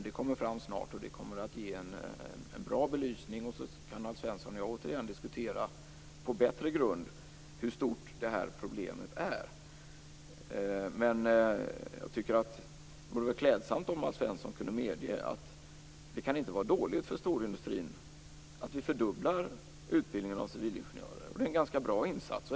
Det kommer fram snart och kommer att ge en bra belysning. Sedan kan Alf Svensson och jag på bättre grund återigen diskutera hur stort det här problemet är. Jag tycker att det vore klädsamt om Alf Svensson kunde medge att det inte kan vara dåligt för storindustrin att vi fördubblar utbildningen av civilingenjörer. Det är en ganska bra insats.